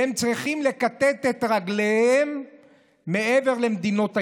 והם צריכים לכתת את רגליהם מעבר למדינות הים.